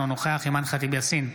אינו נוכח אימאן ח'טיב יאסין,